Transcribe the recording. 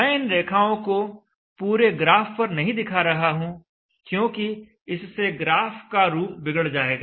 मैं इन रेखाओं को पूरे ग्राफ पर नहीं दिखा रहा हूं क्योंकि इससे ग्राफ का रूप बिगड़ जाएगा